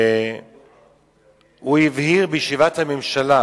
הוא הבהיר בישיבת הממשלה